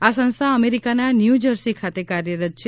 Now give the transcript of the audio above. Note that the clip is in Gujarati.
આ સંસ્થા અમેરિકાના ન્યૂજર્સી ખાતે કાર્યરત છે